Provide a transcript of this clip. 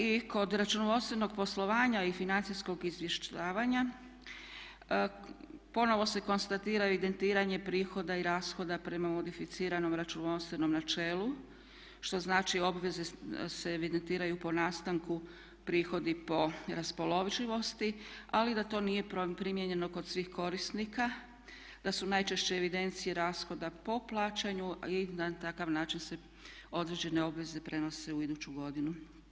I kod računovodstvenog poslovanja i financijskog izvještavanja ponovno se konstatira evidentiranje prihoda i rashoda prema modificiranom računovodstvenom načelu što znači obveze se evidentiraju po nastanku, prihodi po raspoloživosti ali da to nije primijenjeno kod svih korisnika, da su najčešće evidencije rashoda po plaćanju i na takav način se određene obveze prenose u iduću godinu.